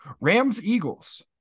Rams-Eagles